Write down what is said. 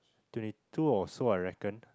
twenty two or so I reckon